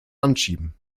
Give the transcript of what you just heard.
anschieben